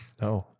No